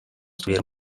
tuvieron